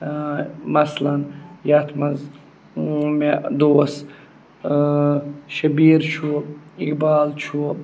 مثلاً یَتھ منٛز مےٚ دوس شبیٖر چھُ اِقبال چھُ